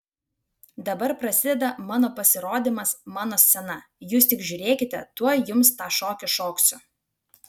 dabar prasideda mano pasirodymas mano scena jūs tik žiūrėkite tuoj jums tą šokį šoksiu